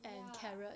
ya